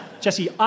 Jesse